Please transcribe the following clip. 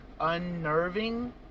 unnerving